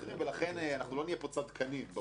לכן לא נהיה פה צדקנים במובן הזה.